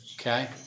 Okay